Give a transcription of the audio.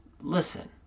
listen